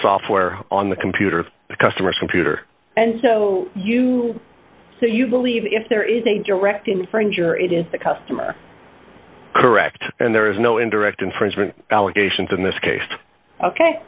software on the computer of the customers computer and so you so you believe if there is a direct infringer it is the customer correct and there is no indirect infringement allegations in this case